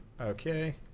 Okay